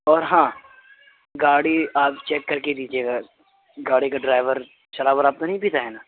اور ہاں گاڑی آپ چیک کر کے دیجیے گا گاڑی کا ڈرائیور شراب وراب تو نہیں پیتا ہے نا